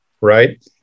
right